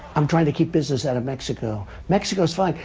i'm trying to keep business out of mexico. mexico's fine.